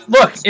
Look